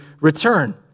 return